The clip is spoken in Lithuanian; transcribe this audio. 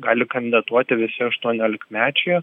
gali kandidatuoti visi aštuoniolikmečiai